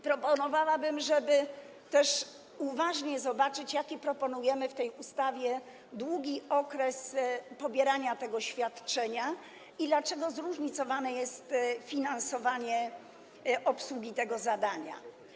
Proponowałabym, żeby też uważnie zobaczyć, jaki proponujemy w tej ustawie długi okres pobierania tego świadczenia i dlaczego zróżnicowane jest finansowanie obsługi tego zadania.